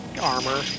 armor